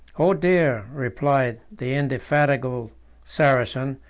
o dear! replied the indefatigable saracen,